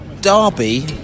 Derby